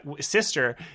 sister